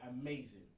amazing